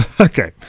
Okay